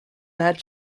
that